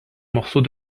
morceau